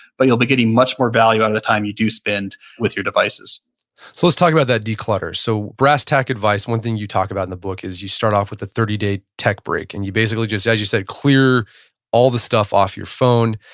but you'll be getting much more value out of the time you do spend with your devices so let's talk about that declutter. so brass tack advice, one thing you talk about in the book is you start off with the thirty day technology break, and you basically just say, as you said, clear all the stuff off your phone.